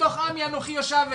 ובתוך עמי אנכי יושב,